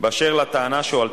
בטענה שמדובר